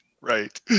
Right